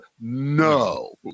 No